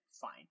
Fine